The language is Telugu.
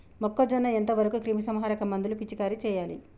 మొక్కజొన్న ఎంత వరకు క్రిమిసంహారక మందులు పిచికారీ చేయాలి?